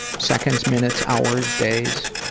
seconds, minutes, hours, days?